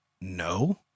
No